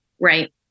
Right